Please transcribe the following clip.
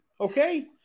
okay